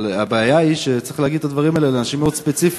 אבל הבעיה היא שצריך להגיד את הדברים האלה לאנשים מאוד ספציפיים.